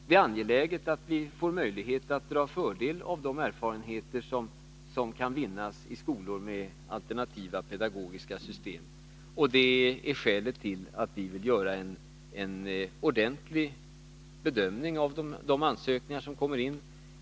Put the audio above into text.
Det är angeläget att vi får möjlighet att dra fördel av de erfarenheter som kan vinnas i skolor med alternativa pedagogiska system. Det är skälet till att vi vill göra en ordentlig bedömning av de ansökningar som kommer in.